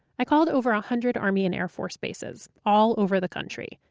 i called over a hundred army and air force bases, all over the country.